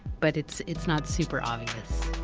but it's it's not super obvious